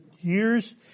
years